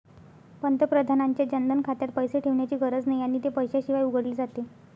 पंतप्रधानांच्या जनधन खात्यात पैसे ठेवण्याची गरज नाही आणि ते पैशाशिवाय उघडले जाते